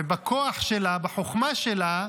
ובכוח שלה, בחוכמה שלה,